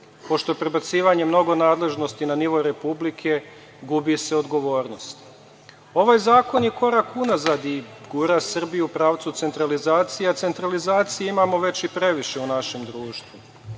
pošto prebacivanjem mnogo nadležnosti na nivo Republike gubi se odgovornost. Ovaj zakon je korak unazad i gura Srbiju u pravcu centralizacije, a centralizacije imamo već i previše u našem društvu.